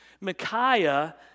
Micaiah